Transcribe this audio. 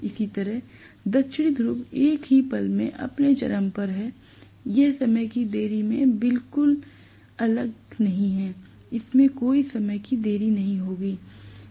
इसी तरह दक्षिण ध्रुव एक ही पल में अपने चरम पर है यह समय की देरी के मामले में बिल्कुल अलग नहीं है इसमें कोई देरी नहीं होगी